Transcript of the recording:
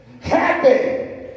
Happy